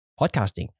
podcasting